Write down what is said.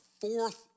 fourth